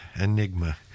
enigma